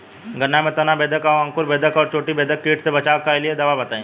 गन्ना में तना बेधक और अंकुर बेधक और चोटी बेधक कीट से बचाव कालिए दवा बताई?